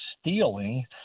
stealing